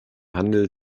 handel